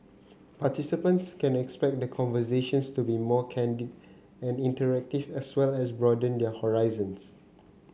participants can expect the conversations to be more candid and interactive as well as broaden their horizons